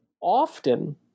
often